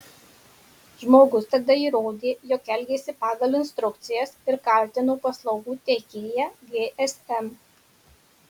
žmogus tada įrodė jog elgėsi pagal instrukcijas ir kaltino paslaugų teikėją gsm